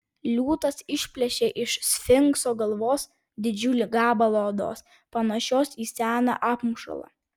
liūtas išplėšė iš sfinkso galvos didžiulį gabalą odos panašios į seną apmušalą